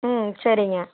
ம் சரிங்க